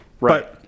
right